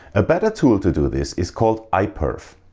a better tool to do this is called iperf.